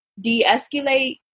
de-escalate